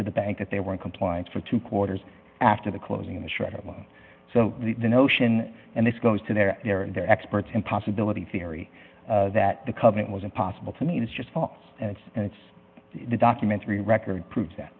to the bank that they were in compliance for two quarters after the closing of the shredder so the notion and this goes to their their experts in possibility theory that the covenant was impossible to meet is just and it's and it's the documentary record proves that